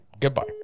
goodbye